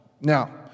Now